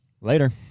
Later